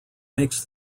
makes